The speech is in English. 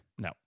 No